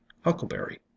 huckleberry